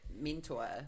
mentor